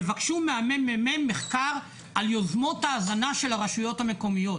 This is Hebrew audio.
תבקשו ממרכז המחקר והמידע מחקר על יוזמות ההזנה של הרשויות המקומיות.